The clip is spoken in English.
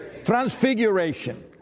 transfiguration